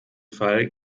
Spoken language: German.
fall